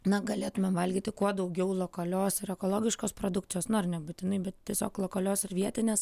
na galėtumėm valgyti kuo daugiau lokalios ar ekologiškos produkcijos nu ar nebūtinai bet tiesiog lokalios ar vietinės